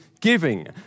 giving